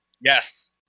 yes